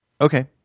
Okay